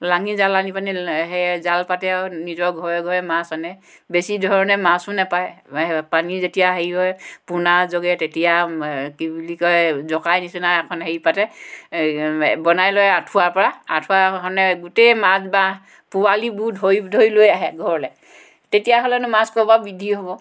লাঙি জাল আনি পানি সেয়া জাল পাতে আৰু নিজৰ ঘৰে ঘৰে মাছ আনে বেছি ধৰণে মাছো নাপায় পানী যেতিয়া হেৰি হয় পোনা জগে তেতিয়া কি বুলি কয় জকাই নিচিনা এখন হেৰি পাতে বনাই লয় আঠুৱাৰ পৰা আঠুৱাখনে গোটেই মাছ বা পোৱালিবোৰ ধৰি ধৰি লৈ আহে ঘৰলৈ তেতিয়াহ'লেনো মাছ ক'ৰ পৰা বৃদ্ধি হ'ব